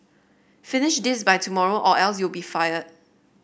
finish this by tomorrow or else you'll be fired